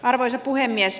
arvoisa puhemies